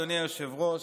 אדוני היושב-ראש.